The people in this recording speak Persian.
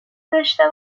داشته